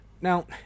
Now